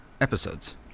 episodes